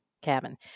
cabin